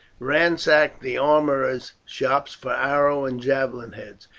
ransack the armourers' shops for arrow and javelin heads,